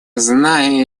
знаю